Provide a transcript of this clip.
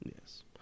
Yes